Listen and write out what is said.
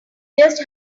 just